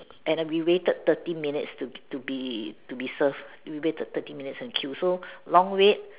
and uh we waited thirty minutes to to be to be served we waited thirty minutes in queue so long wait